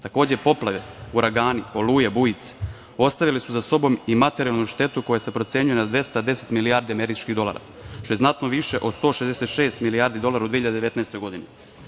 Takođe, poplave, uragani, oluje, bujice ostavile su za sobom i materijalnu štetu koja se procenjuje na 210 milijardi američkih dolara što je znatno više od 166 milijardi dolara u 2019. godini.